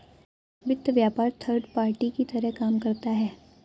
वित्त व्यापार third party की तरह काम करता है